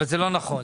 אבל זה לא נכון.